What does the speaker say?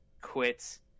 quits